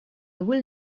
will